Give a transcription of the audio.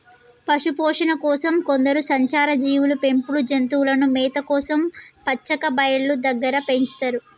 పశుపోషణ కోసం కొందరు సంచార జీవులు పెంపుడు జంతువులను మేత కోసం పచ్చిక బయళ్ళు దగ్గర పెంచుతారు